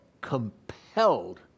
compelled